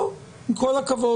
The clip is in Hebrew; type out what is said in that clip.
לא, עם כל הכבוד.